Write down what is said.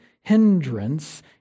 hindrance